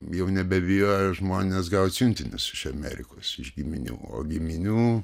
jau nebebijojo žmonės gauti siuntinius iš amerikos iš giminių o giminių